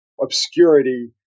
obscurity